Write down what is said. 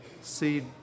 Seed